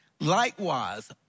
Likewise